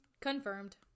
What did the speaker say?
Confirmed